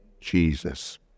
Jesus